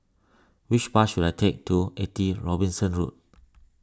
which bus should I take to eighty Robinson Road